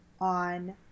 on